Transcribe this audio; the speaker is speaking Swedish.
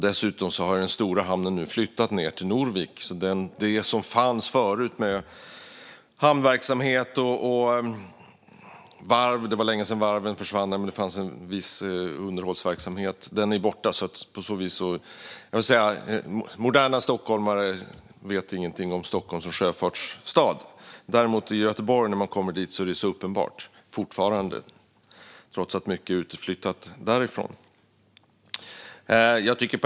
Dessutom har den stora hamnen flyttat till Norvik. Det är länge sedan hamnverksamheten och varven där det fanns en viss underhållsverksamhet försvann. Moderna stockholmare vet ingenting om Stockholm som sjöfartsstad. Däremot när man kommer till Göteborg är det fortfarande uppenbart, trots att mycket har flyttat därifrån.